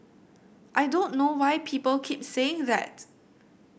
I don't know why people keep saying that